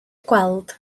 gweld